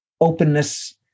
openness